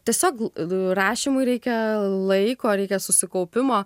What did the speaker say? tiesiog rašymui reikia laiko reikia susikaupimo